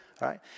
right